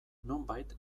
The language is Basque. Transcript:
nonbait